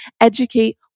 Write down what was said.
educate